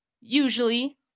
Usually